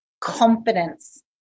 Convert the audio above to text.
confidence